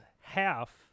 half